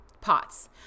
pots